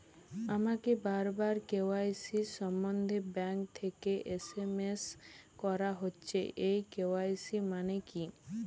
আমাকে বারবার কে.ওয়াই.সি সম্বন্ধে ব্যাংক থেকে এস.এম.এস করা হচ্ছে এই কে.ওয়াই.সি মানে কী?